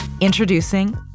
Introducing